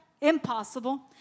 impossible